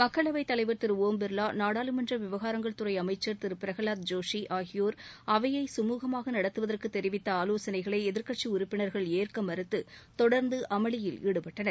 மக்களவைத் தலைவர் திரு ஓம் பிர்லா நாடாளுமன்ற விவகாரங்கள்துறை அமைச்சர் திரு பிரகலாத் ஜோஷி ஆகியோர் அவையை சுமூகமாக நடத்துவதற்கு தெரிவித்த ஆலோசனைகளை எதிர்கட்சி உறுப்பினர்கள் ஏற்க மறுத்து தொடர்ந்து அமளியில் ஈடுபட்டனர்